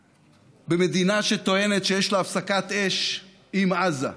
במדינה שטוענת שיש לה הפסקת אש עם עזה.